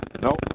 Nope